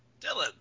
Dylan